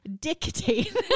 dictate